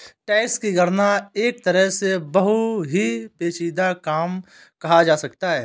tax की गणना एक तरह से बहुत ही पेचीदा काम कहा जा सकता है